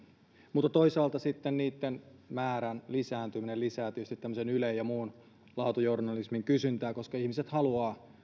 mutta toisaalta sitten niitten määrän lisääntyminen lisää tietysti ylen ja muun laatujournalismin kysyntää koska ihmiset haluavat